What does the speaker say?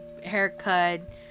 haircut